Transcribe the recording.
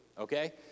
okay